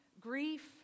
grief